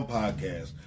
podcast